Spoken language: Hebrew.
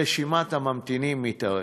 מתארכת.